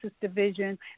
Division